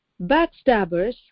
backstabbers